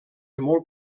molt